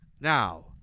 Now